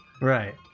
Right